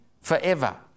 forever